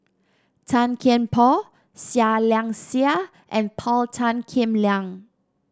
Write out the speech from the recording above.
Tan Kian Por Seah Liang Seah and Paul Tan Kim Liang